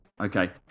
Okay